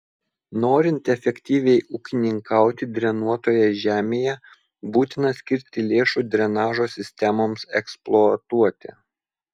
norint efektyviai ūkininkauti drenuotoje žemėje būtina skirti lėšų drenažo sistemoms eksploatuoti